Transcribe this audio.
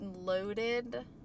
Loaded